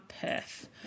Perth